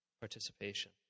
participation